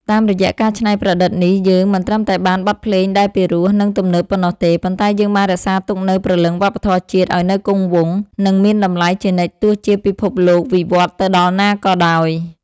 តាមរយៈការច្នៃប្រឌិតនេះ យើងមិនត្រឹមតែបានបទភ្លេងដែលពីរោះ និងទំនើបប៉ុណ្ណោះទេ ប៉ុន្តែយើងបានរក្សាទុកនូវព្រលឹងវប្បធម៌ជាតិឱ្យនៅគង់វង្ស និងមានតម្លៃជានិច្ចទោះជាពិភពលោកវិវត្តទៅដល់ណាក៏ដោយ។